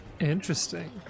Interesting